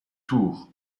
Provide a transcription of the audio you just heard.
tour